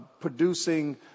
producing